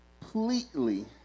completely